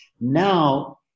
Now